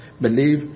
believe